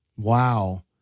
Wow